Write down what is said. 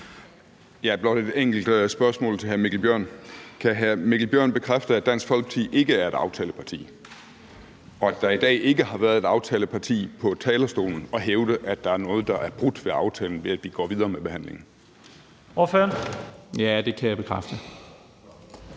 har blot et enkelt spørgsmål til hr. Mikkel Bjørn. Kan hr. Mikkel Bjørn bekræfte, at Dansk Folkeparti ikke er et aftaleparti, og at der i dag ikke har været et aftaleparti på talerstolen og hævde, at der er noget, der er brudt ved aftalen, ved at vi går videre med behandlingen? Kl. 10:11 Første